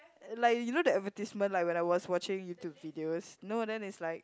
like you know the advertisement like when I was watching YouTube videos no then is like